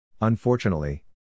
Unfortunately